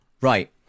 Right